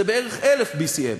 זה בערך 1,000 BCM,